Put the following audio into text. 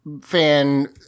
fan